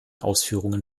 ausführungen